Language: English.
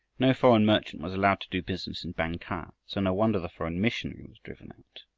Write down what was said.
no foreign merchant was allowed to do business in bang-kah, so no wonder the foreign missionary was driven out.